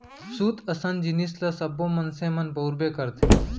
सूत असन जिनिस ल सब्बो मनसे मन बउरबे करथे